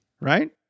Right